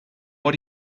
what